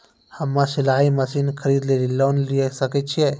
हम्मे सिलाई मसीन खरीदे लेली लोन लिये सकय छियै?